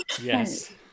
Yes